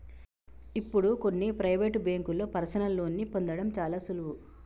ఇప్పుడు కొన్ని ప్రవేటు బ్యేంకుల్లో పర్సనల్ లోన్ని పొందడం చాలా సులువు